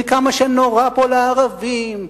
וכמה נורא פה לערבים,